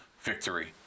victory